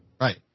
Right